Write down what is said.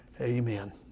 Amen